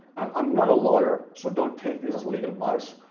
and i'm not a lawyer, so don't take this as legal advice,